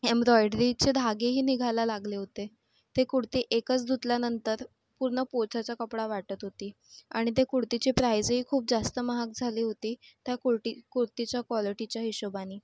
एम्ब्रॉयडरीचे धागेही निघायला लागले होते ती कुडती एकच धुतल्यानंतर पूर्ण पोछाचा कपडा वाटत होती आणि त्या कुडतीची प्राईसही खूप जास्त महाग झाली होती त्या कुडटी कुडतीच्या क्वालिटीच्या हिशोबानी